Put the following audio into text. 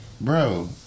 bro